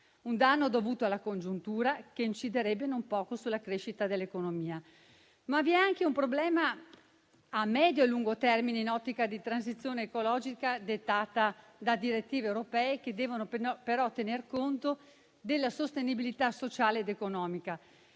un danno dovuto alla congiuntura, che inciderebbe non poco sulla crescita dell'economia. Vi è però anche un problema a medio e lungo termine in un'ottica di transizione ecologica dettata da direttive europee che devono però tener conto della sostenibilità sociale ed economica.